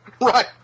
right